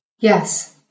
Yes